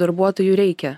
darbuotojų reikia